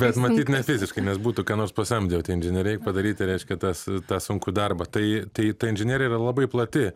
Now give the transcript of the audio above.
bet matyt ne fiziškai nes būtų ką nors pasamdę jau tie inžinieriai padaryti reiškia tas tą sunkų darbą tai tai tai inžinerija yra labai plati